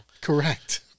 Correct